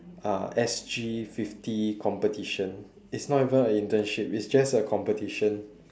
uh S_G fifty competition it's not even an internship it's just a competition